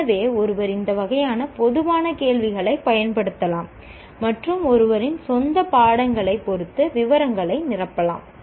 எனவே ஒருவர் இந்த வகையான பொதுவான கேள்விகளைப் பயன்படுத்தலாம் மற்றும் ஒருவரின் சொந்த பாடங்களைப் பொறுத்து விவரங்களை நிரப்பலாம்